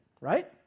right